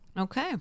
okay